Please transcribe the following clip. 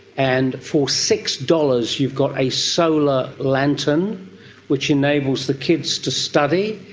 and for six dollars you've got a solar lantern which enables the kids to study.